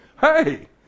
Hey